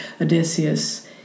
Odysseus